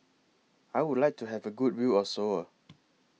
I Would like to Have A Good View of Seoul